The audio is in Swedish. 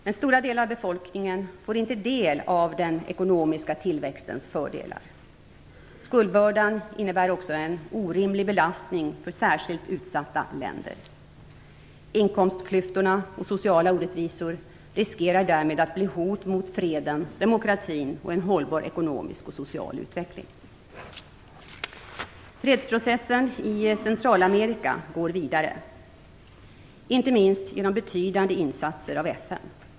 Men stora delar av befolkningen får inte del av den ekonomiska tillväxtens fördelar. Skuldbördan innebär också en orimlig belastning för särskilt utsatta länder. Inkomstklyftorna och sociala orättvisor riskerar därmed att bli hot mot freden och demokratin och en hållbar ekonomisk och social utveckling. Fredsprocessen i Centralamerika går vidare, inte minst genom betydande insatser av FN.